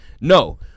no